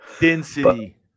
Density